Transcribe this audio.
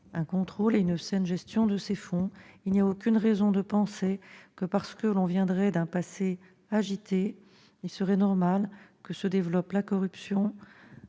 un contrôle et une saine gestion de ces fonds. Il n'y a aucune raison de penser que parce que l'on aurait un passé agité, il serait normal que se développent la corruption